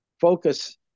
focus